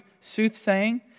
soothsaying